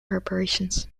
preparations